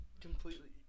completely